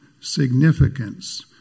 significance